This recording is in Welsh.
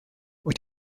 wyt